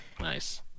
nice